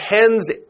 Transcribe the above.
hen's